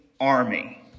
army